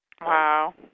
Wow